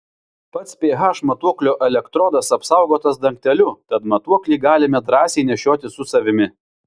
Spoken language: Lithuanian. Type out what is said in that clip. pats ph matuoklio elektrodas apsaugotas dangteliu tad matuoklį galime drąsiai nešiotis su savimi